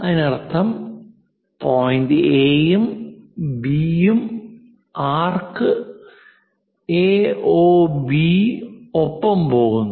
അതിനർത്ഥം point A യും B യും ആർക്ക് എ ഒ ബി കു ഒപ്പം പോകുന്നു